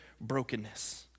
brokenness